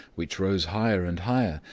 which rose higher and higher,